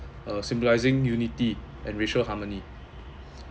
uh symbolising unity and racial harmony